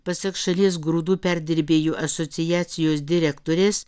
pasak šalies grūdų perdirbėjų asociacijos direktorės